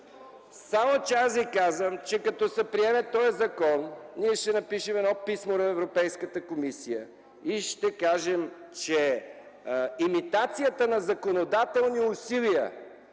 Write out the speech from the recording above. комисия. Аз Ви казвам, че като се приеме този закон, ние ще напишем едно писмо на Европейската комисия и ще кажем, че имитацията на законодателни усилия,